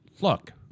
look